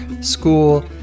school